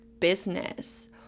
Business